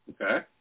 okay